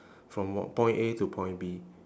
from wh~ point A to point B